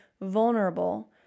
vulnerable